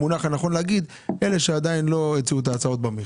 המונח הנכון להגיד אלה שעדיין לא הציעו את ההצעות במכרז.